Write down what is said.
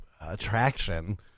attraction